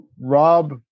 Rob